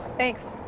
thanks.